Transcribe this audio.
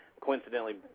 Coincidentally